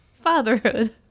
Fatherhood